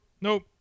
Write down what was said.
Nope